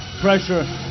pressure